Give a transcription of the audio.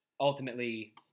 Ultimately